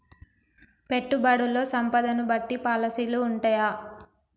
పెట్టుబడుల్లో సంపదను బట్టి పాలసీలు ఉంటయా?